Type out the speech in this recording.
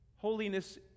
Holiness